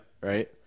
Right